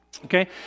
Okay